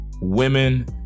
women